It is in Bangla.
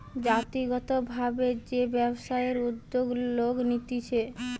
জাতিগত ভাবে যে ব্যবসায়ের উদ্যোগ লোক নিতেছে